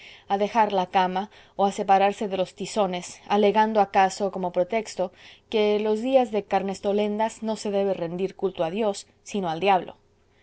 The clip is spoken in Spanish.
a dejar la cama o a separarse de los tizones alegando acaso como pretexto que los días de carnestolendas no se debe rendir culto a dios sino al diablo